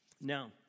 Now